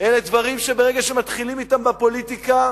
אלה דברים שברגע שמתחילים אתם בפוליטיקה,